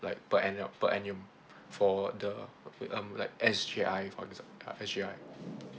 like per annua~ per annum for the okay um like S_G_I for exam~ uh S_G_I